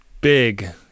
Big